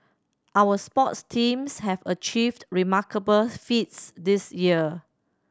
our sports teams have achieved remarkable feats this year